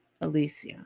Alicia